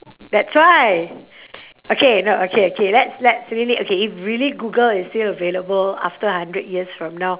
that's why okay no okay K let's let's really okay if really google is still available after a hundred years from now